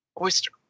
Oyster